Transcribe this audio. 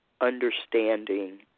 understanding